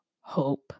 hope